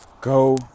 Go